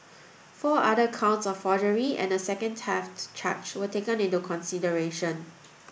four other counts of forgery and a second theft charge were taken into consideration